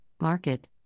market